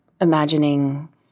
imagining